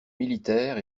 militaires